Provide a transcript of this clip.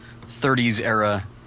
30s-era